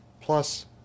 plus